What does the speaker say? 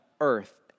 earth